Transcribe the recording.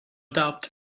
doubt